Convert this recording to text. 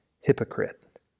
hypocrite